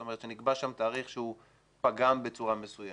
זאת אומרת נקבע שם תאריך שפגם בצורה מסוימת.